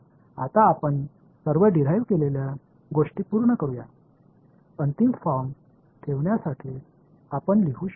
तर आता आपण सर्व डिराईव केलेल्या गोष्टी पूर्ण करूया अंतिम फॉर्म ठेवण्यासाठी आपण लिहू शकतो